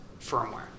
firmware